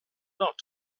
not